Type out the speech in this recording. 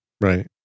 right